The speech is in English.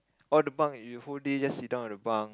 all the bunk you whole day just sit down at the bunk